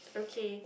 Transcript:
okay